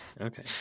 Okay